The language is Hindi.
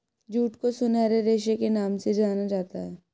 जूट को सुनहरे रेशे के नाम से जाना जाता है